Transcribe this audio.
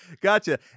gotcha